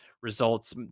results